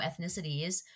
ethnicities